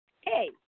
hey